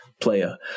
player